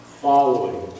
Following